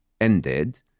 ended